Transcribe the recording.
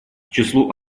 числу